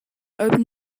open